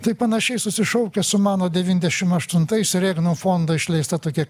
tai panašiai susišaukia su mano devyniasdešim aštuntais reagano fondo išleista tokia